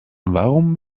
warum